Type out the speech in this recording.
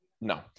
no